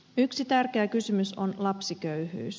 yksi tärkeä kysymys on lapsiköyhyys